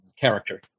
character